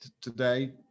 today